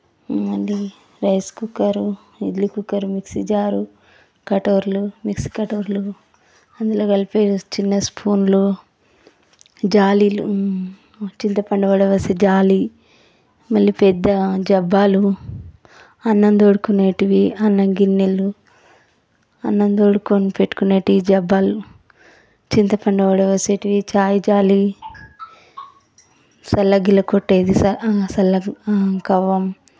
మళ్ళీ rice cooker idli cooker mixie jar కటోరులు mixie కటోరులు అందులో కలిపే చిన్న స్పూన్లు జాలీలు చింతపండు వడవలిసే జాలి మళ్ళీ పెద్ద జబ్బాలు అన్నం తోడుకునేటివి అన్నం గిన్నెలు అన్నం తోడుకొని పెట్టుకునేటివి జబ్బాలు చింతపండు వడవోసేటివి చాయ్ జాలి సల్లగిల్ల కొట్టేది స సల్ల కవ్వం